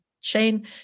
Shane